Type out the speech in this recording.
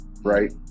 right